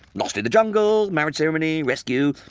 lost in the jungle, marriage ceremony, rescue,